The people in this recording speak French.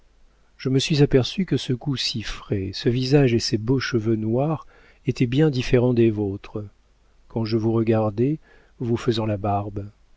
je me suis aperçue que ce cou si frais ce visage et ces beaux cheveux noirs étaient bien différents des vôtres quand je vous regardais vous faisant la barbe